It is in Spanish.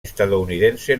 estadounidense